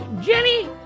Jenny